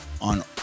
on